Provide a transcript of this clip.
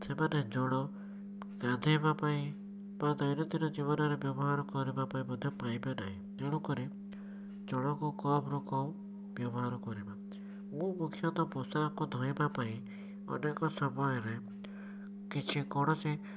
ସେମାନେ ଜଳ ଗାଧୋଇବା ପାଇଁ ବା ଦୈନନ୍ଦିନ ଜୀବନରେ ବ୍ୟବହାର କରିବାପାଇଁ ମଧ୍ୟ ପାଇବେ ନାହିଁ ତେଣୁକରି ଜଳକୁ କମଲୋକ ବ୍ୟବହାର କରିବା ମୁଁ ମୁଖ୍ୟତଃ ପୋଷାକ ଧୋଇବା ପାଇଁ ଅନେକ ସମୟରେ କିଛି କୌଣସି